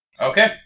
Okay